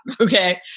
Okay